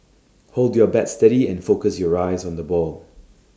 hold your bat steady and focus your eyes on the ball